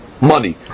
money